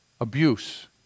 abuse